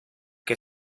que